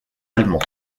allemand